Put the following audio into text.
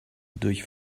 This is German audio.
durch